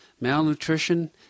malnutrition